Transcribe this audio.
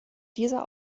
dieser